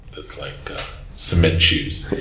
it's like cement shoes.